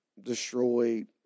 destroyed